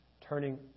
turning